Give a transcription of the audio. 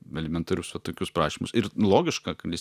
elementarius va tokius prašymus ir logiška kad jis